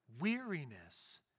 weariness